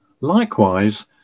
likewise